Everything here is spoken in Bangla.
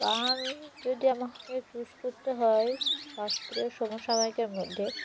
গান যদি আমাকে চুজ করতে হয় শাস্ত্রীয় সমসাময়িকের মধ্যে